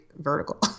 vertical